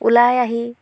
ওলাই আহি